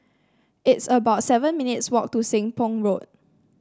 it's about seven minutes' walk to Seng Poh Road